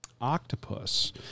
octopus